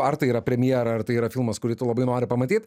ar tai yra premjera ar tai yra filmas kurį tu labai nori pamatyt